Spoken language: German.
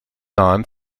nahen